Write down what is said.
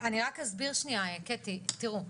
אני רק אסביר שניה קטי, תראו.